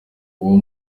uwo